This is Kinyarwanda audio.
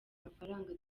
amafaranga